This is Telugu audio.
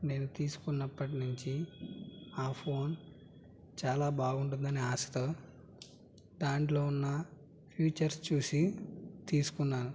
నేను తీసుకున్నప్పటి నుంచి ఆ ఫోన్ చాలా బాగుందని ఆశతో దాంట్లో ఉన్న ఫీచర్స్ చూసి తీసుకున్నాను